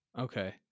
Okay